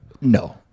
No